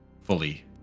fully